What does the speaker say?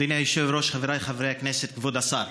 אדוני היושב-ראש, חבריי חברי הכנסת, כבוד השר,